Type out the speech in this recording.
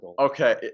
okay